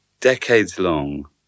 decades-long